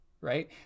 right